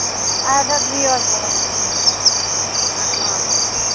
اَدٕ حظ بِہِو حظ خدایَس حَوالہٕ اَسلامُ علیکُم